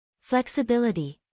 Flexibility